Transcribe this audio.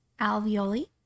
alveoli